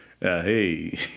Hey